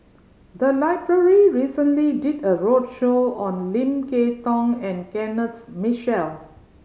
the library recently did a roadshow on Lim Kay Tong and Kenneth Mitchell